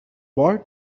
boy